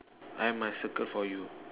I must circle for you